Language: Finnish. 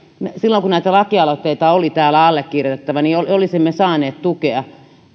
silloin kun näitä lakialoitteita oli täällä allekirjoitettavana niin olisimme saaneet tukea